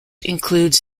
includes